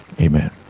amen